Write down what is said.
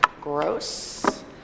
gross